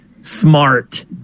smart